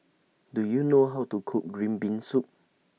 Do YOU know How to Cook Green Bean Soup